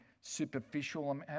superficial